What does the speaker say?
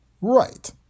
Right